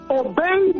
obey